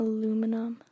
Aluminum